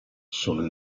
sono